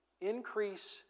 increase